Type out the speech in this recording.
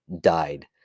died